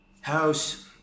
house